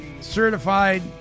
certified